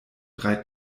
drei